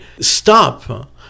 stop